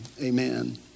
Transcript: Amen